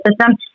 system